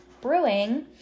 Brewing